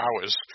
hours